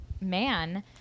man